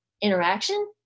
interaction